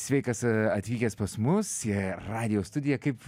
sveikas ee atvykęs pas mus į radijo studiją kaip